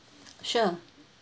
sure